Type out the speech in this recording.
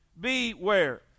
Beware